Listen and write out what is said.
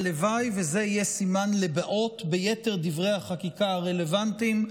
הלוואי שזה יהיה סימן לבאות ביתר דברי החקיקה הרלוונטיים.